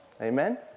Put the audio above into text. Amen